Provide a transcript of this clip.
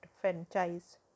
franchise